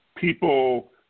people